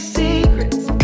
secrets